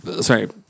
Sorry